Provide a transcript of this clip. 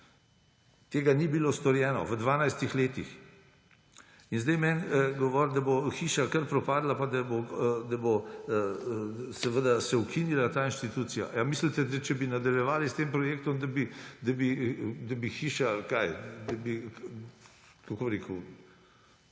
Tega ni bilo storjeno v 12 letih. In zdaj meni govoriti, da bo hiša kar propadla, pa da se bo se ukinila ta inštitucija. Ali mislite, da če bi nadaljevali s tem projektom, da bi hiša – kaj, kako bi rekel?